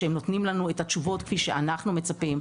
שהם נותנים לנו את התשובות כפי שאנחנו מצפים.